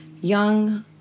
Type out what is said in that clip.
Young